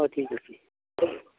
অঁ ঠিক আছে